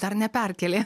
dar neperkėlė